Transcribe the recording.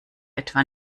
etwa